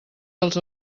dels